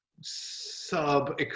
sub